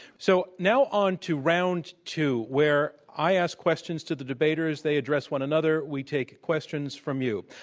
so now on to round two where i ask questions to the debaters. they address one another. we take questions from you.